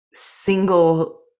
single